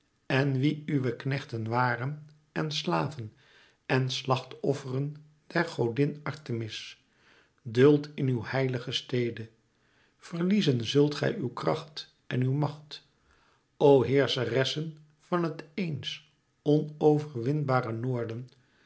en wie uwe knechten waren en slaven en slachtofferen der godin artemis duldt in uw heilige stede verliezen zult gij uw kracht en uw macht o heerscheressen van het eens onverwinbare noorden